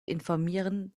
informieren